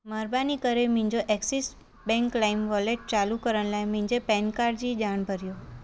महिरबानी करे मुंहिंजो एक्सिस बैंक लाइम वॉलेट चालू करण लाइ मुंहिंजे पेन काडु जी ॼाण भरियो